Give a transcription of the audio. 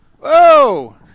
Whoa